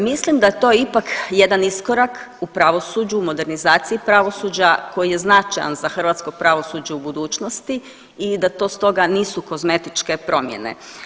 Mislim da je to ipak jedan iskorak u pravosuđu, u modernizaciji pravosuđa koji je značajan za hrvatsko pravosuđe u budućnosti i da to stoga nisu kozmetičke promjene.